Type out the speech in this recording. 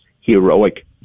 heroic